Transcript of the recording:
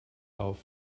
auf